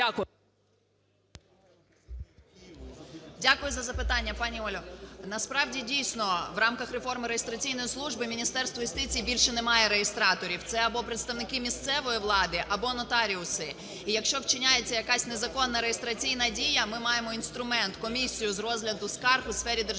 Дякую за запитання, пані Оля. Насправді, дійсно, в рамках реформи реєстраційної служби Міністерство юстиції більше не має реєстраторів, це або представники місцевої влади, або нотаріуси. І якщо вчиняється якась незаконна реєстраційна дія, ми маємо інструмент – комісію з розгляду скарг у сфері державної